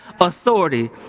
authority